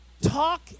Talk